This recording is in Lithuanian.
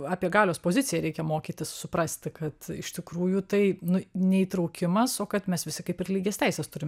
apie galios poziciją reikia mokytis suprasti kad iš tikrųjų tai nu neįtraukimas o kad mes visi kaip ir lygias teises turim